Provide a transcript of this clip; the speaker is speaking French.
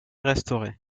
restauré